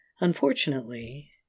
Unfortunately